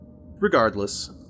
Regardless